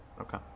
Okay